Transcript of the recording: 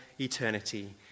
eternity